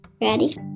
Ready